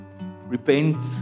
Repent